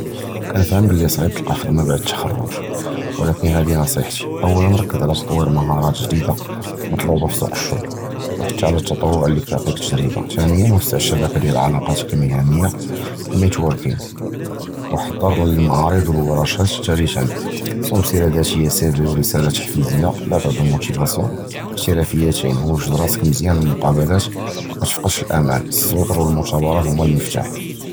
קִנְפְהַם בְּלִי צְעִיב תִּלְקָא חֻ'דְמָה בְּעַד שָׁהּ, וְלָקִין הַדִּי נְצִיחָתִי, אוּלַאן רַכִּיז עַלַהָא תְּטְווִיר מַהַارַאת גְּדִידָה מֻטְלֻובָה פִי סוּקּ אִל-שּׁוּל וּבְחַתּ אִל-תְּטַווּעּ לִי קִיְעַטִי כְתַגְרְבָּה, תַּאנִי וַסִּע אִל-שְבַּקָּה דִיַּל עְלַאקַּאתֶכּ אִל-מִהְנִיָּה נֵיטְוַארְקִינְג וְאִחְדֵּר אִל-מְעַרָד וְאִל-וֹרְשָּאט, תַּלִיתָה צַאוּב סִירָה זָאתִיָּה סִיְוי וְרִיסַאלַה תַּחְפִיזִיָּה אִחְתִרָאפִיָּה, גַ'ד רַסְכּ מְזְיַאן לִל-מֻקָּابَلַאת, מַתְפַקְּדִּיש אַלְאֻמַל, אִצְסַבְּר וְאִל-מֻתַּאבַרָה הוֹמוּ אִל-מַפְתַּח.